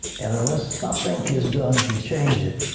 and unless something is done to change it,